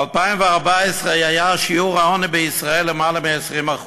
ב-2014 היה שיעור העוני בישראל למעלה מ-20%.